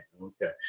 Okay